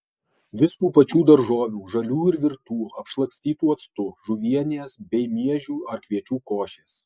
vis tų pačių daržovių žalių ir virtų apšlakstytų actu žuvienės bei miežių ar kviečių košės